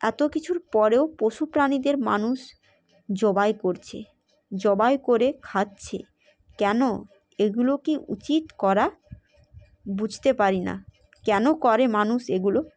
এত কিছুর পরেও পশু প্রাণীদের মানুষ জবাই করছে জবাই করে খাচ্ছে কেন এগুলো কি উচিত করা বুঝতে পারি না কেন করে মানুষ এগুলো